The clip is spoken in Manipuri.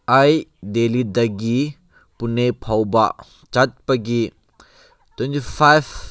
ꯑꯩ ꯗꯦꯜꯂꯤꯗꯒꯤ ꯄꯨꯅꯦ ꯐꯥꯎꯕ ꯆꯠꯄꯒꯤ ꯇ꯭ꯋꯦꯟꯇꯤ ꯐꯥꯏꯚ